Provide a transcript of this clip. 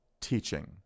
Teaching